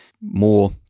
more